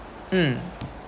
mm